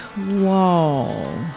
wall